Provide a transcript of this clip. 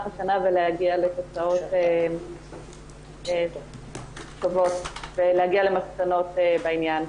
השנה ולהגיע לתוצאות טובות ולמסקנות בעניין.